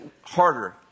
harder